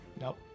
nope